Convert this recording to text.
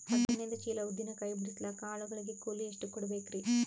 ಹದಿನೈದು ಚೀಲ ಉದ್ದಿನ ಕಾಯಿ ಬಿಡಸಲಿಕ ಆಳು ಗಳಿಗೆ ಕೂಲಿ ಎಷ್ಟು ಕೂಡಬೆಕರೀ?